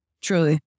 truly